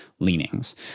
leanings